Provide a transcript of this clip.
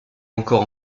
encore